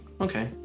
okay